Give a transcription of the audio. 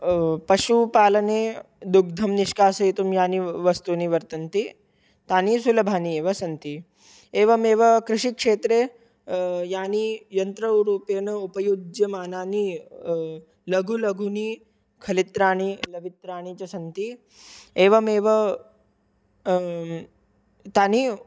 पशुपालने दुग्धं निष्कासयितुं यानि वस्तूनि वर्तन्ते तानि सुलभानि एव सन्ति एवमेव कृषिक्षेत्रे यानि यन्त्ररूपेण उपयुज्यमानानि लघु लघुखलित्राणि लवित्राणि च सन्ति एवमेव तानि